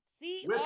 See